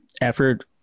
effort